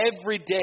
everyday